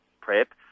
prep